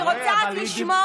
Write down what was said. אני רוצה לשמוע.